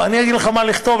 אני אגיד לך מה לכתוב,